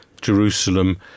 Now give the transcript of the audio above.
Jerusalem